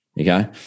okay